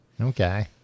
Okay